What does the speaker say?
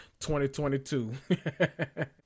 2022